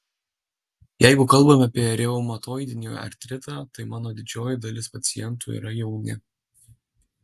jeigu kalbame apie reumatoidinį artritą tai mano didžioji dalis pacientų yra jauni